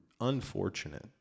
unfortunate